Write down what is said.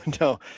no